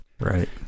Right